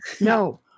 No